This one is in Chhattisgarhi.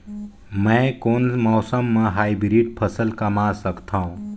मै कोन मौसम म हाईब्रिड फसल कमा सकथव?